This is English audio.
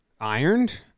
ironed